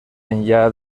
enllà